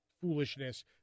foolishness